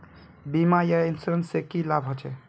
बीमा या इंश्योरेंस से की लाभ होचे?